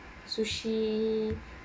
sushi